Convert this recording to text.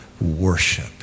worship